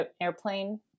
airplane